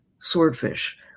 swordfish